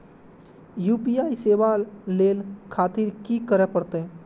UPI सेवा ले खातिर की करे परते?